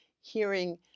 Hearing